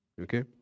Okay